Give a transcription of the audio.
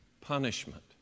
punishment